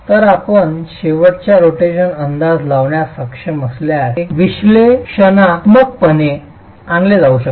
तर आपण शेवटच्या रोटेशन अंदाज लावण्यास सक्षम असल्यास ते विश्लेषणात्मकपणे आणले जाऊ शकते